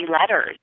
letters